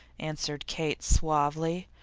answered kate, suavely.